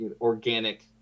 organic